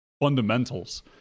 fundamentals